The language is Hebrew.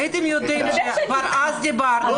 הייתם יודעים שכבר אז דיברנו